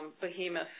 behemoth